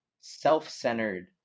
self-centered